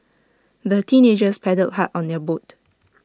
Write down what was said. the teenagers paddled hard on their boat